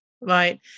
right